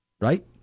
Right